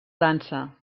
dansa